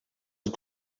het